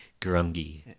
Grungy